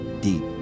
deep